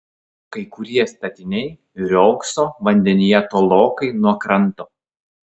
kai kurie statiniai riogso vandenyje tolokai nuo kranto